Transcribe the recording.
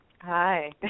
Hi